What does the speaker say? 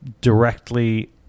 directly